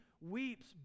weeps